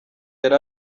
yari